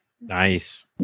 Nice